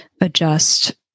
adjust